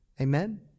Amen